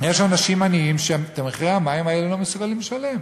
יש אנשים עניים שאת מחירי המים האלה לא מסוגלים לשלם.